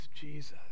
Jesus